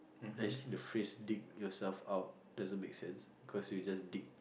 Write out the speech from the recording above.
actually the phrase dig yourself out doesn't make sense cause you just dig